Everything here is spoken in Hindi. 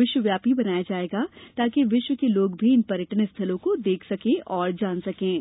विश्व व्यापी बनाया जायेगा ताकि विश्व के लोग भी इन पर्यटन स्थलों को देख और जान सकेंगे